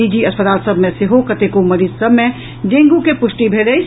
निजी अस्पताल सभ मे सेहो कतेको मरीज सभ मे डेंगू के पुष्टि भेल अछि